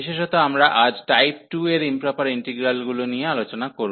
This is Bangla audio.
বিশেষত আমরা আজ টাইপ 2 এর ইম্প্রপার ইন্টিগ্রালগুলি নিয়ে আলোচনা করব